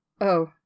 Oh